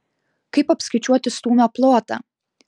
kaip apskaičiuoti stūmio plotą